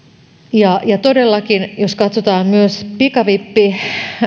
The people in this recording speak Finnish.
ja ja todellakin jos katsotaan